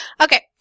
Okay